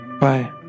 bye